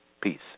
Peace